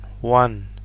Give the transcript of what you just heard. one